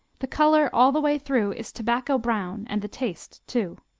the color all the way through is tobacco-brown and the taste, too.